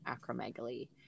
acromegaly